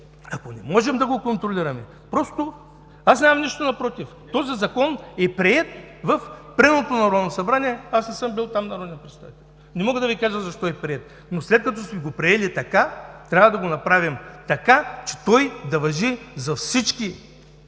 Ако не можем да го контролираме, просто… Нямам нищо против, този Закон е приет в предното Народно събрание, аз не съм бил там народен представител и не мога да Ви кажа защо е приет. След като сме го приели така, трябва да го направим така, че той да важи за всички